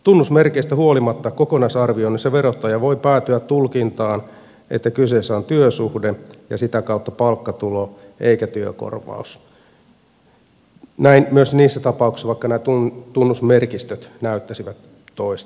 tunnusmerkeistä huolimatta kokonaisarvioinnissa verottaja voi päätyä tulkintaan että kyseessä on työsuhde ja sitä kautta palkkatulo eikä työkorvaus näin myös niissä tapauksissa joissa nämä tunnusmerkistöt näyttäisivät toista